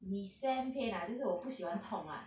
resent pain ah 就是我不喜欢痛 ah